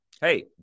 Hey